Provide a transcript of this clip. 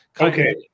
okay